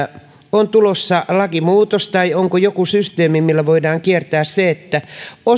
on tulossa lakimuutos tai onko joku systeemi millä sitä voidaan kiertää niin että